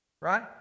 right